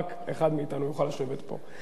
רק אחד מאתנו יוכל לשבת פה.